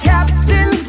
Captain